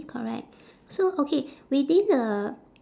correct so okay within the